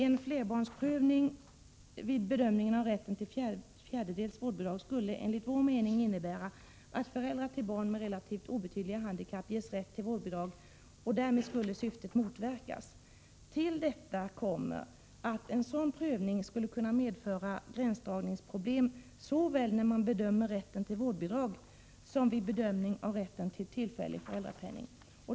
En flerbarnsprövning vid bedömningen av rätten till fjärdedels vårdbidrag skulle enligt vår mening innebära att föräldrar till barn med relativt obetydliga handikapp kan ges rätt till vårdbidrag, och därmed skulle syftet motverkas. Till detta kommer att en sådan prövning skulle kunna medföra gränsdragningsproblem såväl när man bedömer rätten till vårdbidrag som vid bedömningen av rätten till tillfällig föräldrapenning.